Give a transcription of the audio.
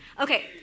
Okay